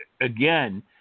again